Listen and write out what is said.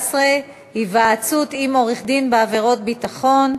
14) (היוועצות עם עורך-דין בעבירות ביטחון),